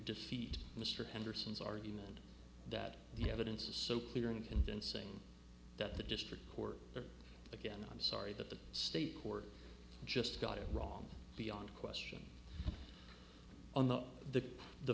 defeat mr anderson's argument that the evidence is so clear and convincing that the district court again i'm sorry that the state court just got it wrong beyond question on the the the